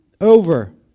over